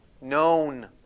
known